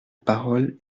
parole